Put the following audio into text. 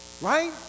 right